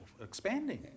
expanding